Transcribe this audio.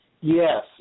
Yes